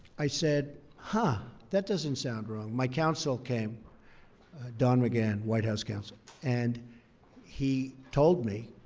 i said, huh, that doesn't sound wrong. my counsel came don mcgahn, white house counsel and he told me,